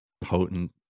potent